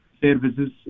services